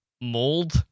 mold